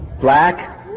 black